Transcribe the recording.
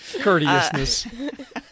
Courteousness